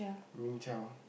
Ming Qiao